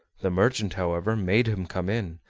the merchant, however, made him come in,